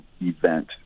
event